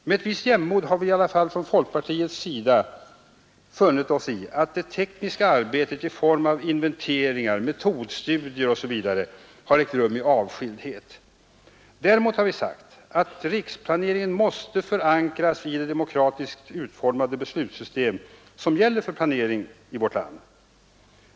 Med ett visst jämmod har vi inom folkpartiet funnit oss i att det tekniska arbetet i form av inventeringar, metodstudier osv. har ägt rum i avskildhet. Däremot har vi sagt att riksplaneringen måste förankras i det demokratiskt utformade beslutssystem som gäller planering i vårt land.